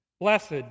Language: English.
Blessed